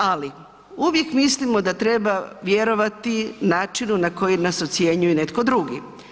Ali uvijek mislimo da treba vjerovati načinu na koji nas ocjenjuje netko drugi.